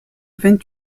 vingt